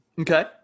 Okay